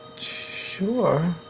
sure.